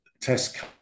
test